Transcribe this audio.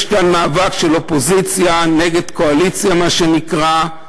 יש כאן מאבק של אופוזיציה נגד קואליציה, מה שנקרא.